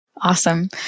Awesome